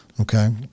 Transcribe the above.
Okay